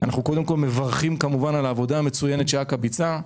אנחנו מברכים על העבודה המצוינת שאכ"א ביצעה,